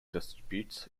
disputes